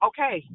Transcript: Okay